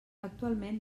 actualment